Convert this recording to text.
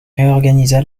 réorganisa